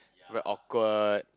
very awkward